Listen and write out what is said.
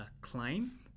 claim